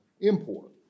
import